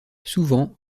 souvent